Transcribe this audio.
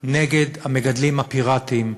נגד המגדלים הפיראטיים,